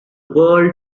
world